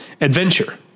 Adventure